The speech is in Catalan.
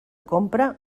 compra